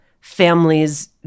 families